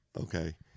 okay